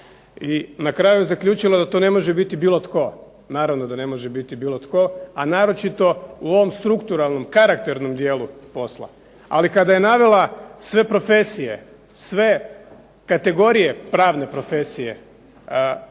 I na kraju zaključila da to ne može biti bilo tko, naravno da ne može biti bilo tko, a naročito u ovom strukturalnom, karakternom dijelu posla. Ali kada je navela sve profesije, sve kategorije pravne profesije